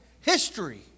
history